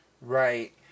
Right